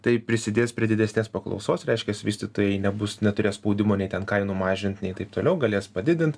tai prisidės prie didesnės paklausos reiškias vystytojai nebus neturės spaudimo nei ten kainų mažint nei taip toliau galės padidint